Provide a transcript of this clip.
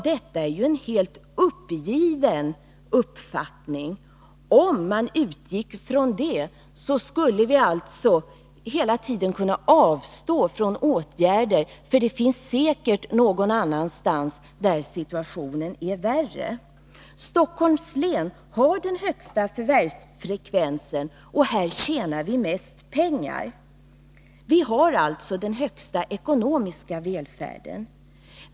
Det är ju en helt uppgiven uppfattning. Om man utgick från den skulle vi hela tiden kunna avstå från åtgärder, för säkert är situationen värre någon annanstans. Stockholms län har den högsta förvärvsfrekvensen, och här tjänar vi mest pengar. Vi har alltså den högsta ekonomiska välfärden.